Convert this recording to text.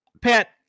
Pat